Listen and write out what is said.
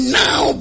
now